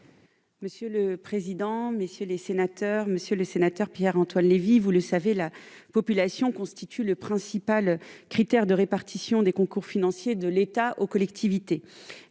Mme la ministre déléguée. Monsieur le sénateur Pierre-Antoine Levi, vous le savez, la population constitue le principal critère de répartition des concours financiers de l'État aux collectivités.